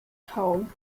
kaum